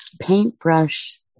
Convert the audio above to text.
paintbrush